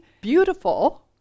beautiful